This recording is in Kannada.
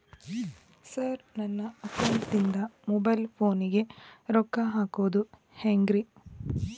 ಸರ್ ನನ್ನ ಅಕೌಂಟದಿಂದ ಮೊಬೈಲ್ ಫೋನಿಗೆ ರೊಕ್ಕ ಹಾಕೋದು ಹೆಂಗ್ರಿ?